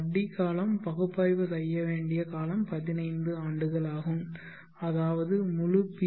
வட்டி காலம் பகுப்பாய்வு செய்ய வேண்டிய காலம் 15 ஆண்டுகள் ஆகும் அதாவது முழு பி